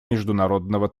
международного